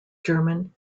german